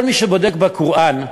כל מי שבודק בקוראן,